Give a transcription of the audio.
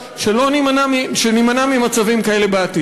שנימנע ממצבים כאלה בעתיד.